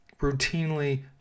routinely